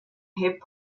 hip